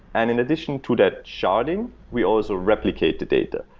and in addition to that sharding, we also replicate the data.